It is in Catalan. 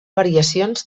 variacions